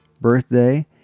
birthday